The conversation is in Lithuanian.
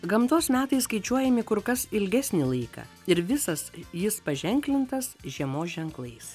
gamtos metai skaičiuojami kur kas ilgesnį laiką ir visas jis paženklintas žiemos ženklais